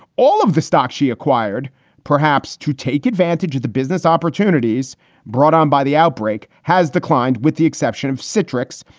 all of the stock she acquired perhaps to take advantage of the business opportunities opportunities brought on by the outbreak has declined with the exception of citrix.